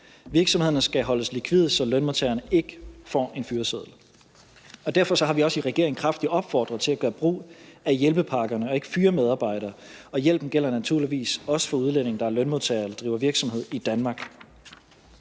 Virksomhederne skal holdes likvide, så lønmodtagerne ikke får en fyreseddel, og derfor har vi også i regeringen kraftigt opfordret til at gøre brug af hjælpepakkerne og ikke fyre medarbejdere, og hjælpen gælder naturligvis også for udlændinge, der er lønmodtagere eller driver virksomhed i Danmark.